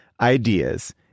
ideas